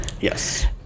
Yes